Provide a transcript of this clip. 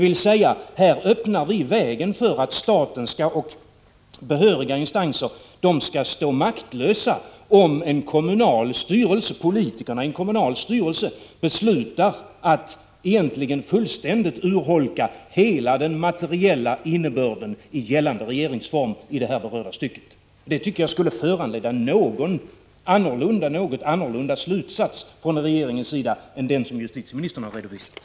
Här öppnar vi alltså vägen för att staten och behöriga instanser skall stå maktlösa om politikerna i en kommunal styrelse beslutar att egentligen fullständigt urholka hela den materiella innebörden i gällande regeringsform i det här berörda stycket. Det tycker jag skulle föranleda en annan slutsats från regeringens sida än den justitieministern har redovisat.